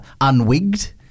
unwigged